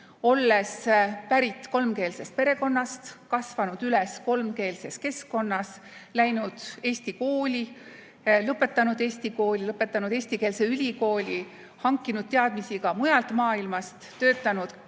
olles pärit kolmkeelsest perekonnast, kasvanud üles kolmkeelses keskkonnas, läinud eesti kooli, lõpetanud eesti kooli, lõpetanud eestikeelse ülikooli, hankinud teadmisi ka mujalt maailmast, töötanud